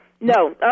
No